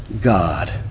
God